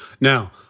Now